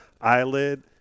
eyelid